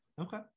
Okay